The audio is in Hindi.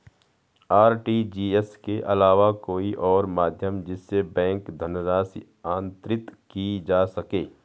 आर.टी.जी.एस के अलावा कोई और माध्यम जिससे बैंक धनराशि अंतरित की जा सके?